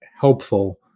helpful